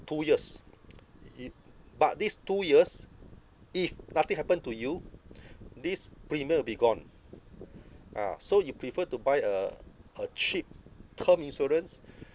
two years i~ it but these two years if nothing happen to you this premium will be gone ah so you prefer to buy a a cheap term insurance